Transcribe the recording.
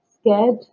scared